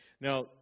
Now